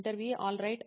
ఇంటర్వ్యూఈ alright